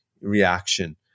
reaction